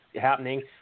happening